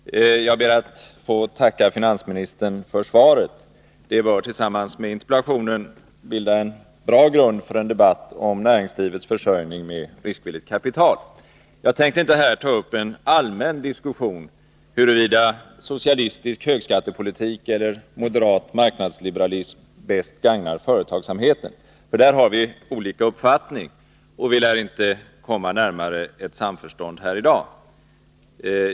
Herr talman! Jag ber att få tacka finansministern för svaret. Det bör tillsammans med interpellationen bilda en bra grund för en debatt om näringslivets försörjning med riskvilligt kapital. Jag tänker inte här ta upp en allmän diskussion om huruvida socialistisk högskattepolitik eller moderat marknadsliberalism bäst gagnar företagsamheten. Där har vi olika uppfattning, och vi lär inte komma närmare ett samförstånd här i dag.